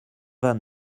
vingt